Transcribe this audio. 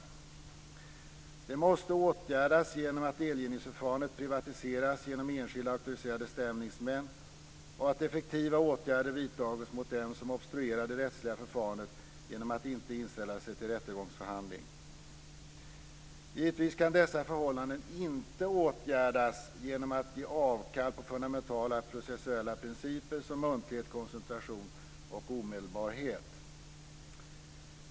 Det måste åtgärdas genom att delgivningsförfarandet privatiseras genom enskilda auktoriserade stämningsmän och att effektiva åtgärder vidtas mot dem som obstruerar det rättsliga förfarandet genom att inte inställa sig till rättegångsförhandling. Givetvis kan dessa förhållanden inte åtgärdas genom att man ger avkall på fundamentala processuella principer som muntlighet, koncentration och omedelbarhet.